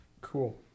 cool